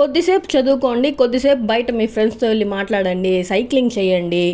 కొద్దిసేపు చదువుకోండి కొద్దిసేపు బయట మీ ఫ్రెండ్స్తో వెళ్ళి మాట్లాడండి సైక్లింగ్ చేయండి